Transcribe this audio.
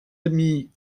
amie